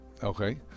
Okay